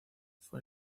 fue